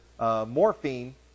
Morphine